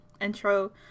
intro